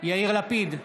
יאיר לפיד,